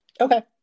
Okay